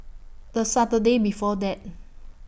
The Saturday before that